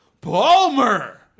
Palmer